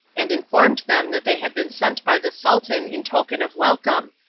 and informed them that they had been sent by the sultan in token of welcome,